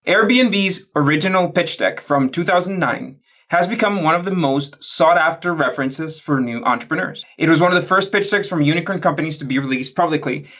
airbnb's original pitch deck from two thousand and nine has become one of the most sought-after references for new entrepreneurs. it was one of the first pitch decks from unicorn companies to be released publicly,